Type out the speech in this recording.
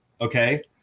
Okay